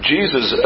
Jesus